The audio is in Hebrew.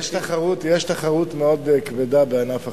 יש תחרות מאוד כבדה בענף החלב.